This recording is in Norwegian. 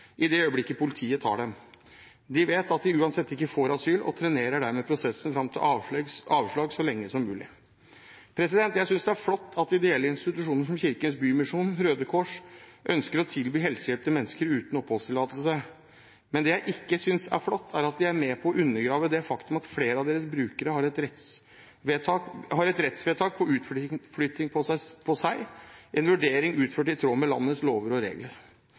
i det øyeblikket politiet tar dem. De vet at de uansett ikke får asyl, og trenerer dermed prosessen fram til avslag så lenge som mulig. Jeg synes det er flott at ideelle institusjoner som Kirkens Bymisjon og Røde Kors ønsker å tilby helsehjelp til mennesker uten oppholdstillatelse. Men det jeg ikke synes er flott, er at de er med på å undergrave det faktum at flere av deres brukere har et rettsvedtak om utflytting, en vurdering utført i tråd med landets lover og regler.